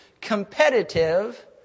competitive